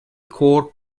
core